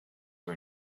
her